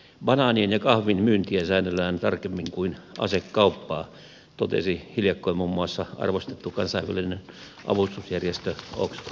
banaanien ja kahvin myyntiä säännellään tarkemmin kuin asekauppaa totesi hiljakkoin muun muassa arvostettu kansainvälinen avustusjärjestö oxfam